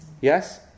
yes